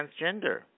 transgender